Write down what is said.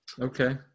Okay